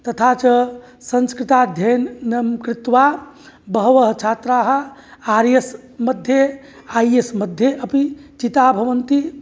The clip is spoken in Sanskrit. तथा च संस्कृताध्ययनं कृत्वा बहवः छात्राः आर् एस् मध्ये ऐ एस् मध्ये अपि चिताः भवन्ति